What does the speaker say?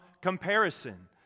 comparison